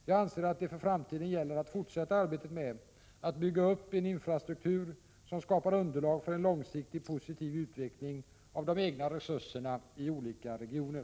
Jag anser att det för framtiden gäller att fortsätta arbetet med att bygga upp en infrastruktur som skapar underlag för en långsiktig positiv utveckling av de egna resurserna i olika regioner.